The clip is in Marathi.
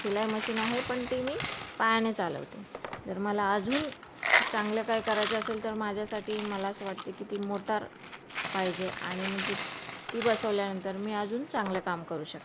सिलाई मशीन आहे पण ती मी पायाने चालवते जर मला अजून चांगलं काही करायचं असेल तर माझ्यासाठी मला असं वाटते की ती मोटार पाहिजे आणि म्हणजे ती बसवल्यानंतर मी अजून चांगलं काम करू शकते